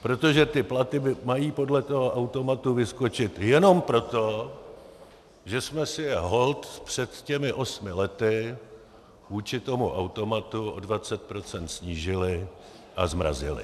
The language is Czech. Protože ty platy mají podle toho automatu vyskočit jenom proto, že jsme si je holt před těmi osmi lety vůči tomu automatu o 20 % snížili a zmrazili.